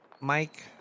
Mike